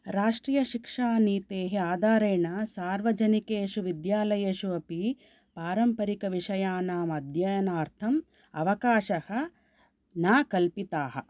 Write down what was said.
राष्ट्रीयशिक्षानीतेः आधारेण सार्वजनिकेषु विद्यालयेषु अपि पारम्परिकविषयाणामध्ययनार्थं अवकाशः न कल्पिताः